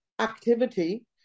activity